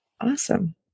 Awesome